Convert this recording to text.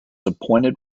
appointed